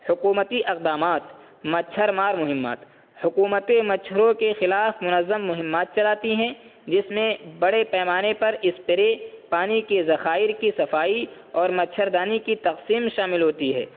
حکومتی اقدامات مچھرمار مہمات حکومتیں مچھروں کے خلاف منظم مہمات چلاتی ہیں جس میں بڑے پیمانے پر اسپرے پانی کے ذخائر کی صفائی اور مچھردانی کی تقسیم شامل ہوتی ہے